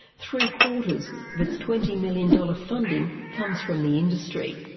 three-quarters of its twenty million dollars funding comes from the industry.